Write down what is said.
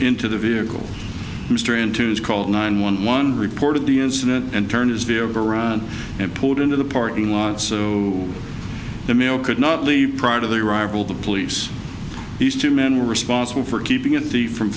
into the vehicle mr enthused called nine one one reported the incident and turned his be overrun and pulled into the parking lot so the male could not leave prior to their arrival the police these two men were responsible for keeping a thief from